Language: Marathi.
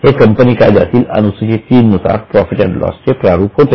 हे कंपनी कायद्यातील अनुसूची 3 नुसार प्रॉफिट अँड लॉसचे प्रारूप होते